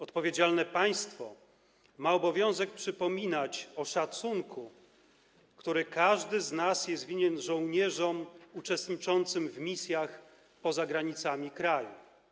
Odpowiedzialne państwo ma obowiązek przypominać o szacunku, który każdy z nas jest winien żołnierzom uczestniczącym w misjach poza granicami kraju.